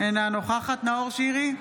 אינה נוכחת נאור שירי,